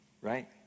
right